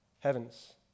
heavens